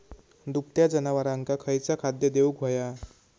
दुभत्या जनावरांका खयचा खाद्य देऊक व्हया?